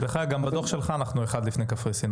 דרך אגב, גם בדוח שלך אנחנו אחד לפני קפריסין.